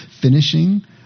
finishing